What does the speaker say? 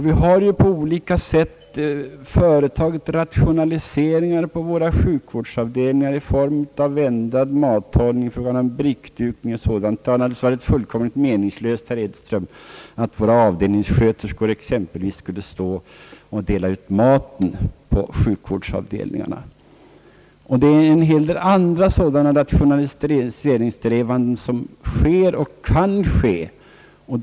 Vi har ju på olika sätt företagit rationaliseringar på våra sjukvårdsavdelning i form av ändrad mathållning, i form av brickdukning och sådant. Det har således varit fullkomligt meningslöst, herr Edström, att våra avdelningssköterskor exempelvis skulle dela ut maten på sjukvårdsavdelningarna som förut skett. Det är en hel del andra liknande rationaliseringar som genomförs och kan genomföras.